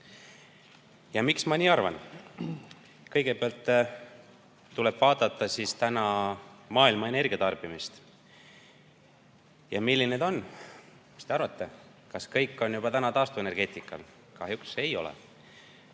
ma nii arvan? Kõigepealt tuleb vaadata tänast maailma energia tarbimist, milline see on. Mis te arvate, kas kõik on täna juba taastuvenergeetika? Kahjuks ei ole.